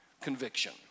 conviction